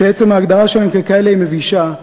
שעצם ההגדרה שלהם ככאלה היא מבישה,